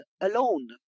alone